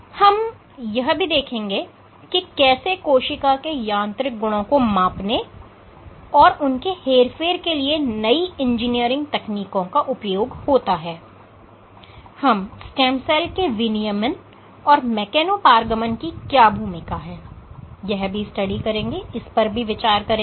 हम यह भी देखेंगे कि कैसे कोशिका के यांत्रिक गुणों को मापने और उनके हेरफेर के लिए नई इंजीनियर तकनीकों का उपयोग होता है हम स्टेम सेल के विनियमन में मेकेनो पारगमन की क्या भूमिका है पर विचार करेंगे